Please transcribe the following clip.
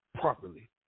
properly